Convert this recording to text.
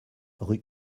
rue